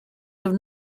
have